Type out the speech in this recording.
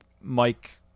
mike